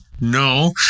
No